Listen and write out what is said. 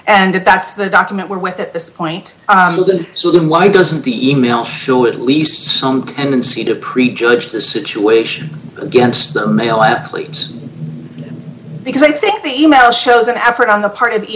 and that's the document we're with at this point so then why doesn't the e mail sure at least some tendency to prejudge the situation against the male athletes because i think the e mail shows an effort on the part of